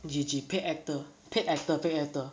G_G paid actor paid actor paid actor